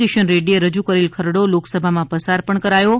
કિશન રેડ્ડીએ રજૂ કરેલ ખરડો લોકસભામાં પસાર પણ કરાયો છે